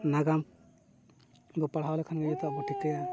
ᱱᱟᱜᱟᱢ ᱯᱟᱲᱦᱟᱣ ᱞᱮᱠᱷᱟᱱ ᱜᱮ ᱡᱚᱛᱚᱣᱟᱜ ᱵᱚᱱ ᱴᱷᱤᱠᱟᱹᱭᱟ